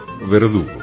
Verdugo